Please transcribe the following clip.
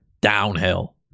Downhill